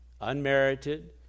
unmerited